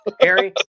Harry